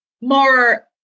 more